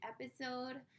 episode